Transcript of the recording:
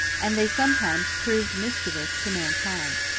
and they sometimes proved mischievous, to mankind.